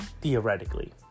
Theoretically